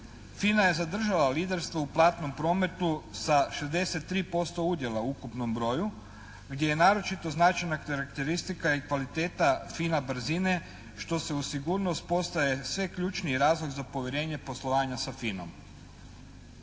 FINA je zadržala liderstvo u platnom prometu sa 63% udjela u ukupnom broju gdje je naročito značajna karakteristika i kvaliteta FINA brzine što se uz sigurnost postaje sve ključniji razlog za povjerenje poslovanja sa FINA-om.